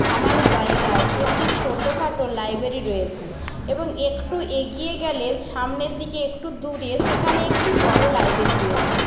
আমার জায়গায় একটি ছোটখাটো লাইব্রেরি রয়েছে এবং একটু এগিয়ে গেলে সামনের দিকে একটু দূরে সেখানে একটি বড় লাইব্রেরি রয়েছে